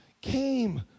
came